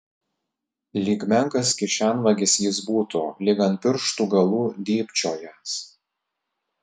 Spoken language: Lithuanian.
lyg menkas kišenvagis jis būtų lyg ant pirštų galų dybčiojąs